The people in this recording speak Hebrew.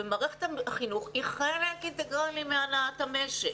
מערכת החינוך היא חלק גדול אינטגרלי מהנעת המשק.